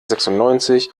sechsundneunzig